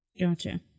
Gotcha